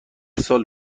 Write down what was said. سال